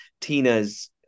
Tina's